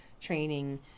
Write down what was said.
training